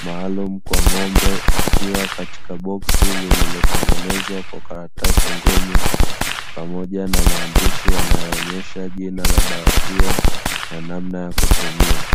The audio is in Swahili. maalumu kwa ng'ombe, ikiwa katika boksi lililotengenezwa kwa karatasi ngumu pamoja na maandishi yanayoonyesha jina la dawa hiyo na namna ya kutumia.